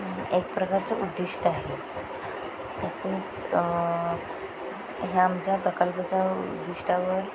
एक प्रकारचं उद्दिष्ट आहे तसेच ह्या आमच्या प्रकल्पच्या उद्दिष्टावर